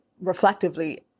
reflectively